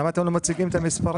למה אתם לא מציגים את המספרים?